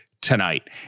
tonight